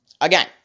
again